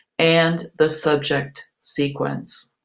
and the subject sequence.